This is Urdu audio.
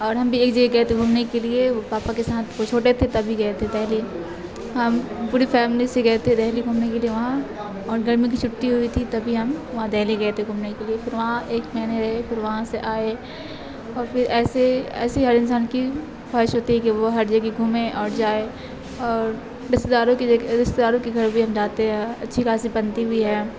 اور ہم بھی ایک جگہ گئے تھے گھومنے کے لیے وہ پاپا کے ساتھ وہ چھوٹے تھے تبھی گئے تھے دہلی ہم پوری فیملی سے گئے تھے دہلی گھومنے کے لیے وہاں اور گرمی کی چھٹی ہوئی تھی تبھی ہم وہاں دہلی گئے تھے گھومنے کے لیے پھر وہاں ایک مہینے رہے پھر وہاں سے آئے اور پھر ایسے ایسے ہر انسان کی خوش ہوتی ہے کہ وہ ہر جگہ گھومے اور جائے اور رشتے داروں کی جگہ رشتے داروں کے گھر بھی ہم جاتے ہیں اچھی خاصی بنتی بھی ہے